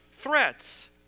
threats